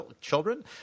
children